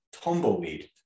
tumbleweed